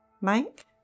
Mike